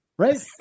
right